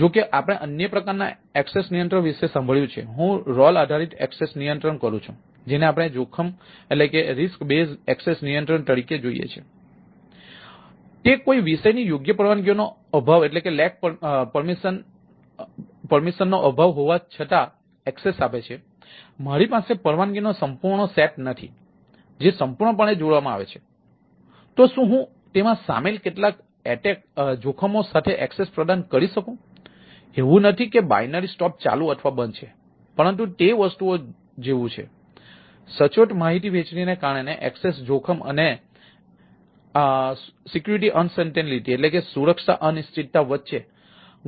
તેથી જોખમ આધારિત એક્સેસ નિયંત્રણ કરું છું જેને આપણે જોખમ બેઝ એક્સેસ નિયંત્રણ તરીકે જોઈએ છીએ તેથી તે કોઈ વિષયની યોગ્ય પરવાનગીઓ નો અભાવ રાખે છે